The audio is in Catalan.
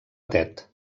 tet